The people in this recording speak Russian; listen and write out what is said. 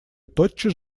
тотчас